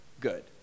good